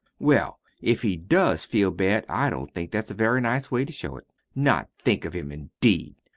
well, if he does feel bad i don't think that's a very nice way to show it. not think of him, indeed!